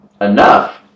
enough